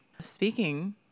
Speaking